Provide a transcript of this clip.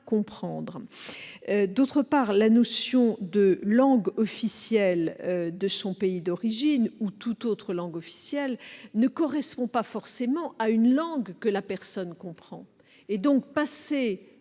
comprendre. D'autre part, la notion de langue officielle de son pays d'origine ou de toute autre langue officielle ne correspond pas forcément à une langue que la personne comprend. Aussi, passer